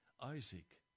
Isaac